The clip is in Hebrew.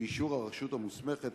באישור הרשות המוסמכת,